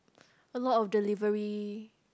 a lot of delivery